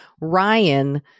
Ryan